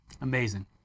Amazing